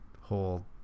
whole